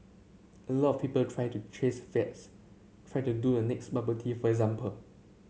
a lot of people try to chase fads try to do the next bubble tea for example